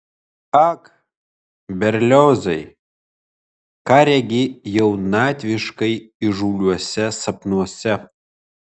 ak berliozai ką regi jaunatviškai įžūliuose sapnuose